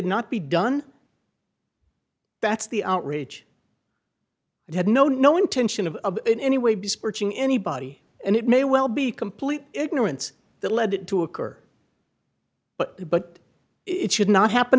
not be done that's the outrage it had no no intention of in any way be scorching anybody and it may well be complete ignorance that led to occur but it should not happen